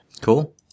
Cool